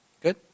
Good